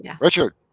Richard